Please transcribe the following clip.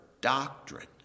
doctrine